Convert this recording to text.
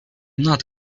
not